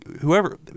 whoever